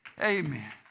amen